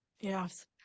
Yes